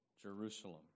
Jerusalem